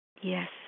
Yes